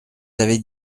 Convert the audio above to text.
avais